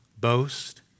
boast